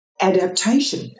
adaptation